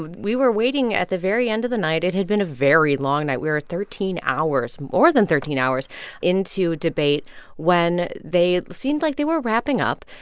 we were waiting at the very end of the night. it had been a very long night. we were thirteen hours more than thirteen hours into debate when they seemed like they were wrapping up.